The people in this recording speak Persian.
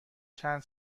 چند